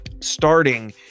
starting